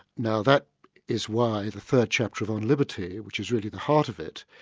now that is why the third chapter of on liberty, which is really the heart of it,